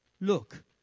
look